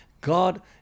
God